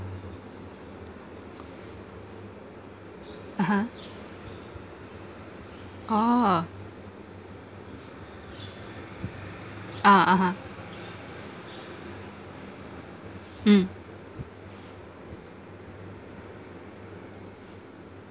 (uh huh) oh ah (uh huh) mm